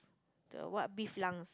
the what beef lungs